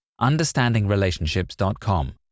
understandingrelationships.com